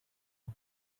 the